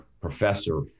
professor